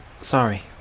sorry